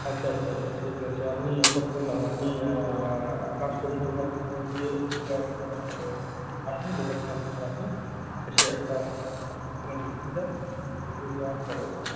আচ্ছা আচ্ছা আচ্ছা ঠিক আছে আপনি সব শুনলাম আপনি এক কাজ করুন লোকাল থানায় গিয়ে একবার আসুন লোকাল থানাতে একবার আসুন এসে একটা কমপ্লেন লিখিয়ে যান লিখিয়ে যাওয়ার পরে